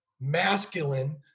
masculine